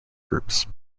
groups